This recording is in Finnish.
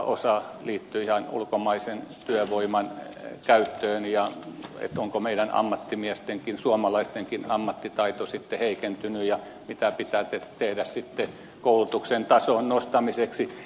osa liittyy ihan ulkomaisen työvoiman käyttöön ja onko meidän ammattimiestenkin suomalaistenkin ammattitaito sitten heikentynyt ja mitä pitää tehdä sitten koulutuksen tason nostamiseksi